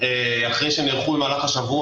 אחרי שנערכו במהלך השבוע